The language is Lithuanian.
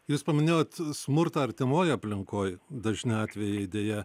jūs paminėjot smurtą artimoj aplinkoj dažni atvejai deja